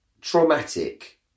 traumatic